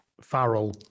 Farrell